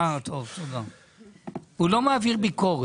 הוא לא מעביר ביקורת.